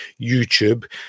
youtube